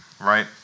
Right